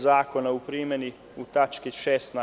Zakona u primeni u tački 16)